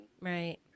Right